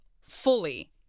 fully